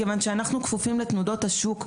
מכיוון שאנחנו כפופים לתנודות השוק,